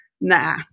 nah